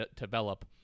develop